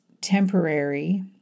temporary